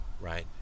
right